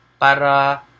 para